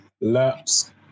laps